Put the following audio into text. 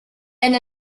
and